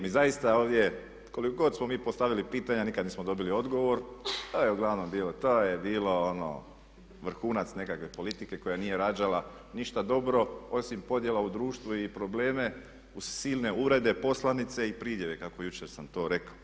Mi zaista ovdje koliko god smo mi postavili pitanja nikad nismo dobili odgovor, to je uglavnom bilo ono vrhunac nekakve politike koja nije rađala ništa dobro osim podjela u društvu i probleme uz silne uvrede, poslanice i pridjeve kako jučer sam to rekao.